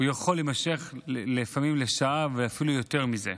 זה יכול להימשך לפעמים שעה ואפילו יותר מזה.